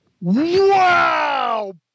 Wow